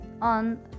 on